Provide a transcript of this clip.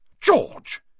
George